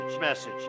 message